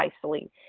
precisely